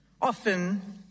often